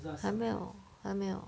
还没有还没有